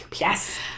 Yes